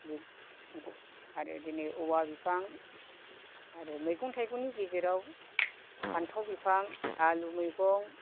बै आरो दिनै औवा बिफां आरो मैगं थायगंनि गेजेराव फान्थाव बिफां आलु मैगं